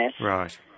Right